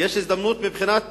מבחינת